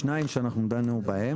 שניים שאנחנו דנו בהם,